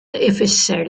ifisser